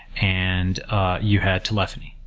and ah you had telephony.